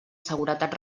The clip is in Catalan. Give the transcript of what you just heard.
seguretat